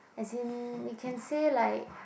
as in you can say like